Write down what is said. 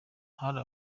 hari